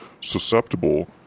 susceptible